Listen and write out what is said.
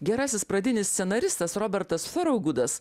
gerasis pradinis scenaristas robertas foraugudas